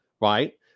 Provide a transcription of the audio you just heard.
right